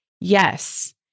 Yes